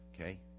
Okay